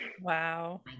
Wow